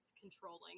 controlling